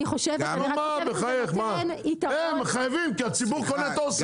אני חושבת שזה ייתן יתרון --- הם חייבים כי הציבור קונה את אסם,